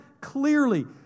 clearly